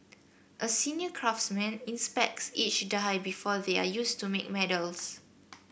a senior craftsman inspects each die before they are used to make medals